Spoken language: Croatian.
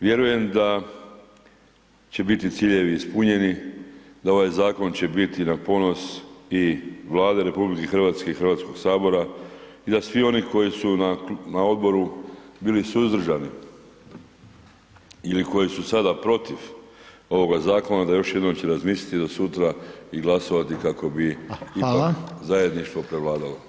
Vjerujem da će biti ciljevi ispunjeni, da ovaj zakon će biti na ponos i Vlade RH i Hrvatskog sabora i da svi oni koji su na odboru bili suzdržani ili koji su sada protiv ovog zakona da još jednom će razmisliti do sutra i glasovati kako bi [[Upadica: Hvala.]] ipak zajedništvo prevladalo.